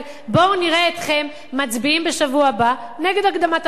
בואו נראה אתכם מצביעים בשבוע הבא נגד הקדמת הבחירות.